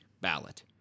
ballot